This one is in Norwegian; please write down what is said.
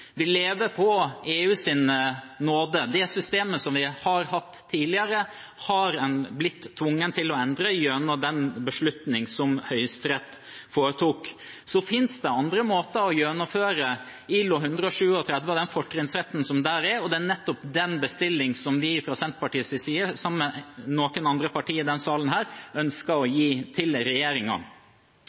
Vi lever på EUs nåde. Systemet vi har hatt tidligere, er vi blitt tvunget til å endre gjennom beslutningen som Høyesterett foretok. Så finnes det andre måter å gjennomføre ILO 137 og fortrinnsretten der på, og det er nettopp den bestillingen vi fra Senterpartiets side, sammen med noen andre partier i denne salen, ønsker å gi regjeringen. Derfor vil jeg, til